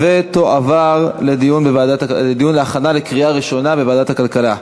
התשע"ד 2013, לדיון מוקדם בוועדת הכלכלה נתקבלה.